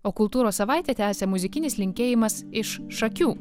o kultūros savaitė tęsia muzikinis linkėjimas iš šakių